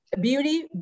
Beauty